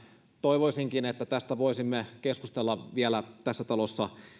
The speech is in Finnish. toivoisinkin että tästä voisimme keskustella tässä talossa